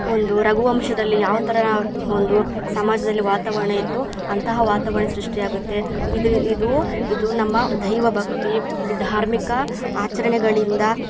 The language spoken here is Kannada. ಒಂದು ರಘುವಂಶದಲ್ಲಿ ಯಾವ್ತರ ಒಂದು ಸಮಾಜದಲ್ಲಿ ವಾತಾವರಣ ಇತ್ತು ಅಂತಹ ವಾತಾವರಣ ಸೃಷ್ಟಿಯಾಗುತ್ತೆ ಇದ್ರ ಇದೂ ಇದು ನಮ್ಮ ದೈವ ಭಕ್ತಿ ಧಾರ್ಮಿಕ ಆಚರಣೆಗಳಿಂದ